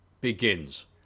begins